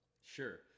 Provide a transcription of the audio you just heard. Sure